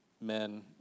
men